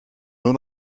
nur